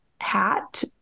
hat